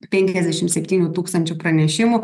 penkiasdešim septynių tūkstančių pranešimų